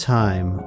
time